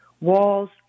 walls